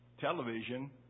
Television